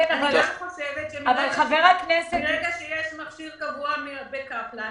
מרגע שיש מכשיר קבוע בקפלן,